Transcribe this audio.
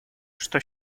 что